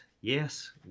Yes